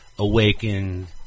Awaken